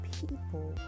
people